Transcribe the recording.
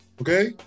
Okay